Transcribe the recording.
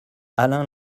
alain